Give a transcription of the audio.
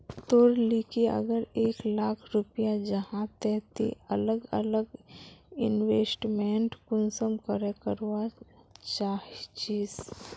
तोर लिकी अगर एक लाख रुपया जाहा ते ती अलग अलग इन्वेस्टमेंट कुंसम करे करवा चाहचिस?